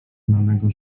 lanego